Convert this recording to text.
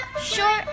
short